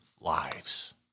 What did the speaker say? lives